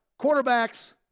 quarterbacks